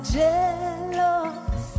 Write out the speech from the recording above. jealous